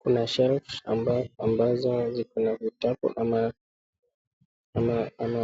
Kuna "shelves" ambazo ziko na vitabu ama, ama ama